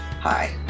Hi